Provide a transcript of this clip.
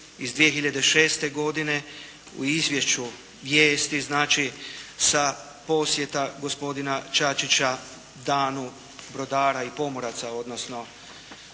iz 2006. godine u izvješću …/Govornik se ne razumije./… znači sa posjeta gospodina Čačića Danu brodara i pomoraca, odnosno